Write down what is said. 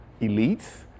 elites